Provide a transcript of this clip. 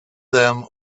them